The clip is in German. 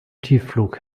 tiefflug